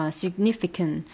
significant